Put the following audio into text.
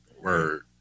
Word